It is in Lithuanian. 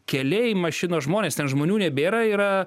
keliai mašinos žmonės ten žmonių nebėra yra